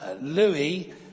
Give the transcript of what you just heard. Louis